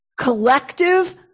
collective